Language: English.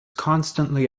constantly